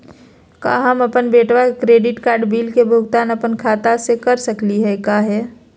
का हम अपन बेटवा के क्रेडिट कार्ड बिल के भुगतान अपन खाता स कर सकली का हे?